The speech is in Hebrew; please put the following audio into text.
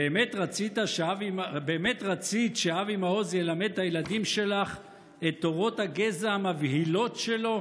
באמת רצית שאבי מעוז ילמד את הילדים שלך את תורות הגזע המבהילות שלו?